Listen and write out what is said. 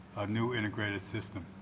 a new integrated system.